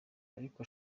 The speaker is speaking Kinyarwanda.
ariko